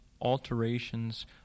alterations